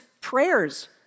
prayers